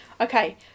Okay